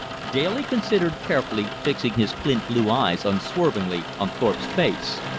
daly considered carefully, fixing his flint-blue eyes unswervingly on thorpe's face.